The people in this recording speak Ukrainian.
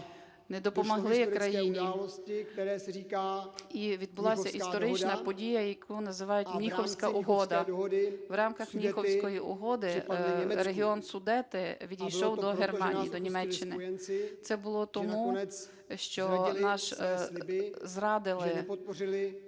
не допомогли країні. І відбулася історична подія, яку називають міховська угода, в рамках міховської угоди регіон Судети відійшов до Германії, до Німеччини. Це було тому, що нас зрадили